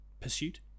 pursuit